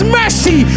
mercy